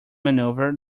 maneuver